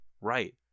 right